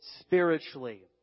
spiritually